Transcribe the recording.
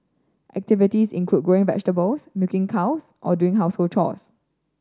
activities include growing vegetables milking cows or doing household chores